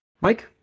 Mike